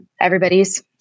Everybody's